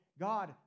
God